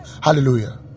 Hallelujah